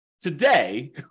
today